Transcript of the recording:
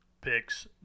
picks